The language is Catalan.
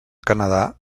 canadà